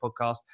podcast